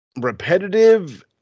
Repetitive